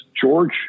George